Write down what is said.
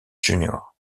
junior